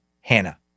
Hannah